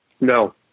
No